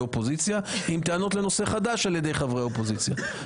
האופוזיציה עם טענות לנושא חדש על ידי חברי האופוזיציה.